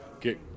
get